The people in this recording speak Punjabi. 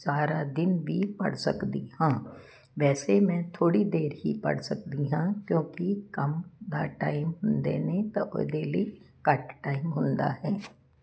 ਸਾਰਾ ਦਿਨ ਵੀ ਪੜ੍ਹ ਸਕਦੀ ਹਾਂ ਵੈਸੇ ਮੈਂ ਥੋੜੀ ਦੇਰ ਹੀ ਪੜ੍ਹ ਸਕਦੀ ਹਾਂ ਕਿਉਂਕਿ ਕੰਮ ਦਾ ਟਾਈਮ ਹੁੰਦੇ ਨੇ ਤਾਂ ਉਹਦੇ ਲਈ ਘੱਟ ਟਾਈਮ ਹੁੰਦਾ ਹੈ